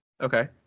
Okay